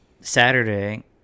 saturday